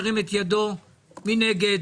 מי נגד?